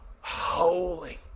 holy